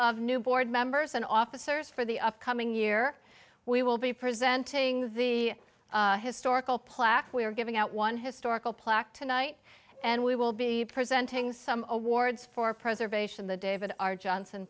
of new board members and officers for the upcoming year we will be presenting the historical plaque we are giving out one historical plaque tonight and we will be presenting some awards for preservation the david our johnson